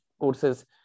courses